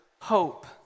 hope